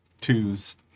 Twos